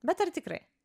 bet ar tikrai